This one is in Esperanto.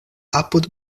apud